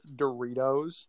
Doritos